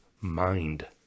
mind